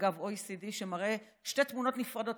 אגב, ה-OECD מראה שתי תמונות נפרדות.